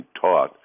taught